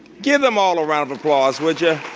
give them all a round of applause, would ya?